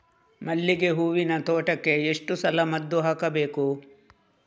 ಮಲ್ಲಿಗೆ ಹೂವಿನ ತೋಟಕ್ಕೆ ಎಷ್ಟು ಸಲ ಮದ್ದು ಹಾಕಬೇಕು?